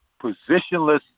positionless